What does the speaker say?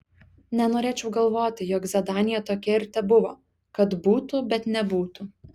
nenorėčiau galvoti jog zadanija tokia ir tebuvo kad būtų bet nebūtų